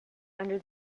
under